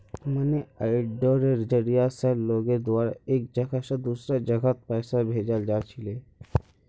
money आर्डरेर जरिया स लोगेर द्वारा एक जगह स दूसरा जगहत पैसा भेजाल जा छिले